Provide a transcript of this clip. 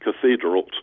cathedrals